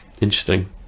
Interesting